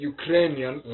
Ukrainian